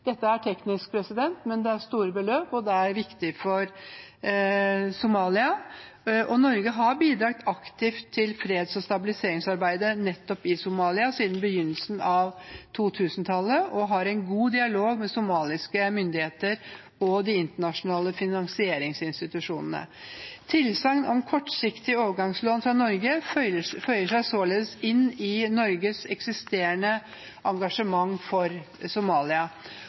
Dette er teknisk, men det er store beløp, og det er viktig for Somalia. Norge har bidratt aktivt i freds- og stabiliseringsarbeidet i nettopp Somalia siden begynnelsen av 2000-tallet og har en god dialog med somaliske myndigheter og de internasjonale finansieringsinstitusjonene. Tilsagn om kortsiktig overgangslån fra Norge føyer seg således inn i Norges eksisterende engasjement for Somalia.